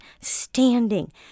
standing